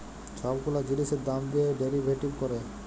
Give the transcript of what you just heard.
ছব গুলা জিলিসের দাম দিঁয়ে ডেরিভেটিভ ক্যরে